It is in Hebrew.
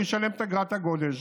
הוא ישלם גם את אגרת הגודש.